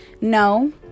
no